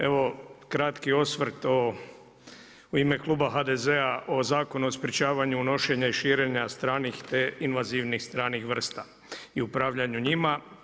Evo kratki osvrt u ime kluba HDZ-a o Zakonu o sprečavanju unošenja i širenja stranih te invazivnih stranih vrsta i upravljanju njima.